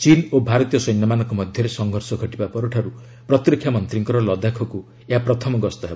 ଚୀନ୍ ଓ ଭାରତୀୟ ସୈନ୍ୟମାନଙ୍କ ମଧ୍ୟରେ ସଂଘର୍ଷ ଘଟିବା ପରଠାରୁ ପ୍ରତିରକ୍ଷା ମନ୍ତ୍ରୀଙ୍କର ଲଦାଖକୁ ଏହା ପ୍ରଥମ ଗସ୍ତ ହେବ